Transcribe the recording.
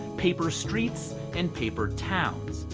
paper streets and paper towns.